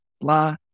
blah